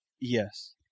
Yes